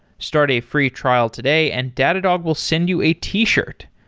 start a free trial today and datadog will send you a t-shirt.